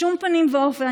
בשום פנים ואופן.